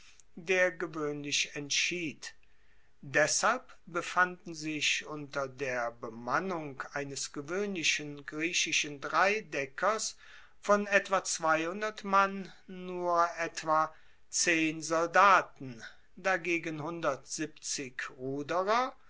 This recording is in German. der gewoehnlich entschied deshalb befanden sich unter der bemannung eines gewoehnlichen griechischen dreideckers von etwa mann nur etwa zehn soldaten dagegen